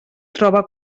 troba